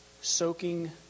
soaking